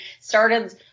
started